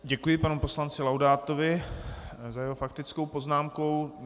Děkuji panu poslanci Laudátovi za jeho faktickou poznámku.